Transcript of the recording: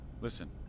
Listen